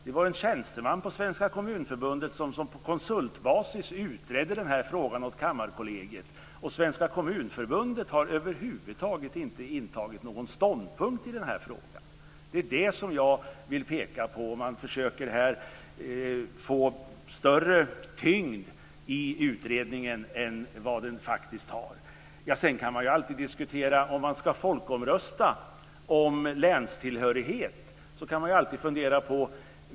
Det var en tjänsteman på Svenska Kommunförbundet som på konsultbasis utredde frågan åt Kammarkollegiet. Svenska Kommunförbundet har över huvud taget inte intagit någon ståndpunkt i den här frågan. Det är det som jag försöker peka på. Man försöker här få större tyngd i utredningen än vad den faktiskt har. Sedan kan man ju alltid diskutera om man ska folkomrösta om länstillhörighet.